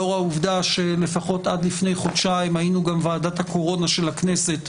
לאור העובדה שלפחות עד לפני חודשיים היינו גם ועדת הקורונה של הכנסת,